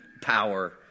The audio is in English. power